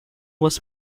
was